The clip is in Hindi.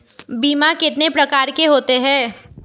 बीमा कितने प्रकार के होते हैं?